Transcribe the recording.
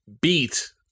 beat